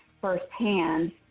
firsthand –